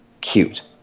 cute